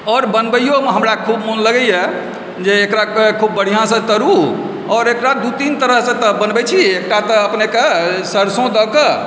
आओर बनबैयोमे हमरा खूब मोन लागैए जे एकरा खूब बढ़ियासँ एकरा तरू आओर एकरा दू तीन तरहसँ बनबै छी एकटा तऽ अपनेके सरसो दए कऽ